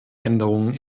änderungen